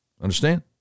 Understand